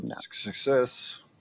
Success